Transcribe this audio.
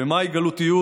ומהי גלותיות?